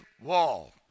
wall